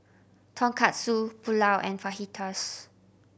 Tonkatsu Pulao and Fajitas